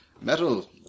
Metal